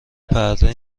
پرده